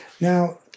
Now